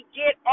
get